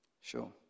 Sure